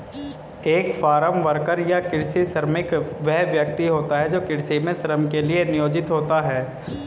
एक farm worker या कृषि श्रमिक वह व्यक्ति होता है जो कृषि में श्रम के लिए नियोजित होता है